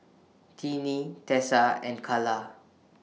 Tinie Tessa and Calla